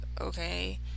okay